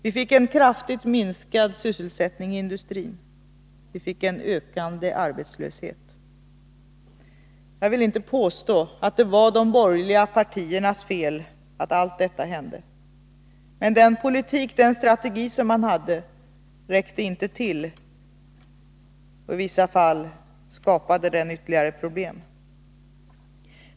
Vi fick en kraftigt minskad sysselsättning i industrin, och vi fick en ökande arbetslöshet. Jag vill inte påstå att det var de borgerliga partiernas fel att allt detta hände, men den politik och den strategi man hade räckte inte till. I vissa fall skapade den ytterligare problem.